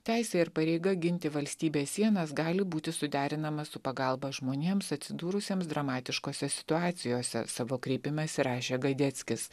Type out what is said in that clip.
teisė ir pareiga ginti valstybės sienas gali būti suderinama su pagalba žmonėms atsidūrusiems dramatiškose situacijose savo kreipimesi rašė gadeckis